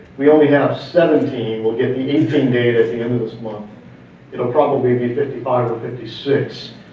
we only have seventeen, we'll get the eighteen data at the end of this month. it will probably be fifty five or fifty six.